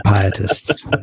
Pietists